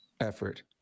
effort